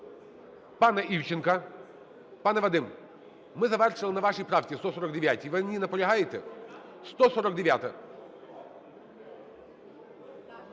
пана Івченка. Пане Вадим, ми завершили на вашій правці 149. Ви на ній наполягаєте? 149-а.